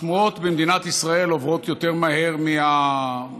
השמועות במדינת ישראל עוברות יותר מהר מהאור,